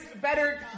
Better